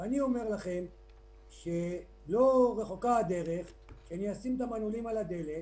אני אומר לכם שלא רחוקה הדרך שאני אשים את המנעולים על הדלת